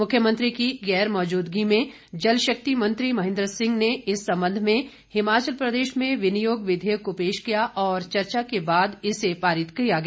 मुख्यमंत्री की गैर मौजूदगी में जलशक्ति मंत्री महेंद्र सिंह ने इस संबंध में हिमाचल प्रदेश में विनियोग विधेयक को पेश किया और चर्चा के बाद इसे पारित किया गया